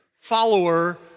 follower